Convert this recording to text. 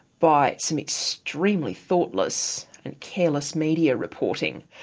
by some extremely thoughtless and careless media reporting.